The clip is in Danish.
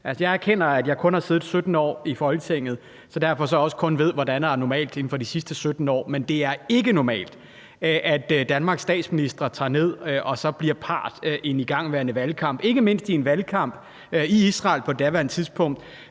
Jeg erkender, at jeg kun har siddet 17 år i Folketinget og derfor også kun ved, hvad der har været normalt inden for de sidste 17 år, men det er ikke normalt, at Danmarks statsminister tager ned og bliver part i en igangværende valgkamp – ikke mindst en valgkamp i Israel på daværende tidspunkt,